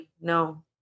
No